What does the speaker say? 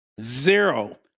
Zero